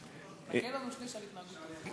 תארגן לנו שליש על התנהגות טובה.